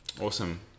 Awesome